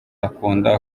akunda